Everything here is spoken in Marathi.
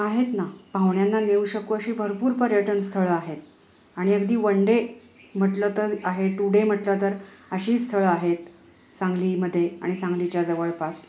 आहेत ना पाहुण्यांना नेऊ शकू अशी भरपूर पर्यटन स्थळं आहेत आणि अगदी वन डे म्हटलं तर आहे टू डे म्हटलं तर अशी स्थळं आहेत सांगलीमध्ये आणि सांगलीच्या जवळपास